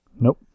Nope